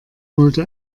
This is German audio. holte